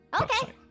Okay